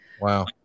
wow